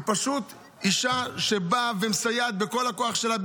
היא פשוט אישה שבאה ומסייעת בכל הכוח שלה,